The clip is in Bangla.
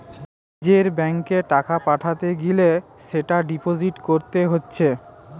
নিজের ব্যাংকে টাকা পাঠাতে গ্যালে সেটা ডিপোজিট কোরতে হচ্ছে